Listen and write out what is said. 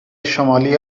شمالی